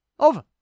Over